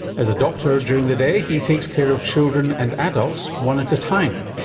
as a doctor during the day he takes care of children and adults one at a time.